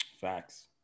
Facts